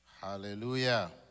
Hallelujah